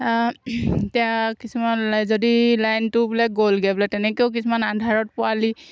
এতিয়া কিছুমান যদি লাইনটো বোলে গ'লগৈ বোলে তেনেকৈও কিছুমান আন্ধাৰত পোৱালি